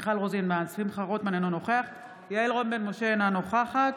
רון בן משה, אינה נוכחת